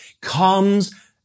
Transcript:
comes